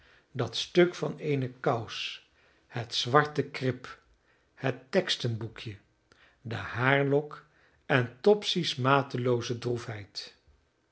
belachelijkheid dat stuk van eene kous het zwarte krip het tekstenboekje de haarlok en topsy's matelooze